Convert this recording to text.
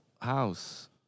house